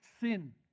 sin